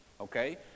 Okay